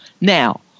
Now